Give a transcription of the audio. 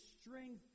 strength